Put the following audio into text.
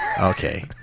Okay